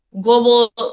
global